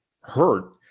hurt